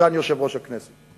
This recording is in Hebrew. סגן יושב-ראש הכנסת,